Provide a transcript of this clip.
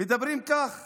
מדברים כך